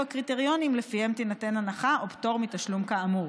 הקריטריונים שלפיהם ייתנו הנחה או פטור מתשלום כאמור.